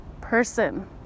person